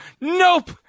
Nope